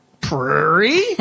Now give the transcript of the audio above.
Prairie